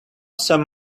some